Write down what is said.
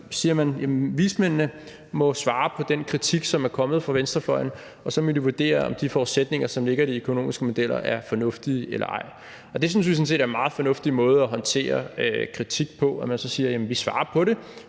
siger man, at vismændene må svare på den kritik, som er kommet fra venstrefløjen, og så må de vurdere, om de forudsætninger, som ligger i de økonomiske modeller, er fornuftige eller ej. Det synes vi sådan set er en meget fornuftig måde at håndtere kritik på – at sige, at man svarer på det,